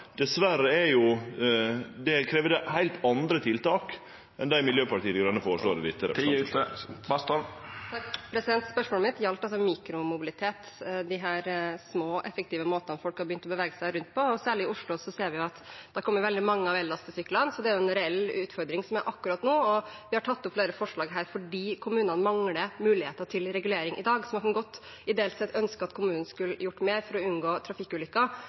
Dessverre krev det heilt andre tiltak enn det Miljøpartiet Dei Grøne føreslår i dette representantforslaget. Spørsmålet mitt gjaldt mikromobilitet – disse små, effektive måtene folk har begynt å bevege seg rundt på. Særlig i Oslo ser vi at det har kommet veldig mange ellastesykler, så det er en reell utfordring akkurat nå. Vi har tatt opp flere forslag her fordi kommunene mangler muligheter til regulering i dag. Man kan godt, ideelt sett, ønske at kommunene gjorde mer for unngå trafikkulykker,